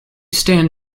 stand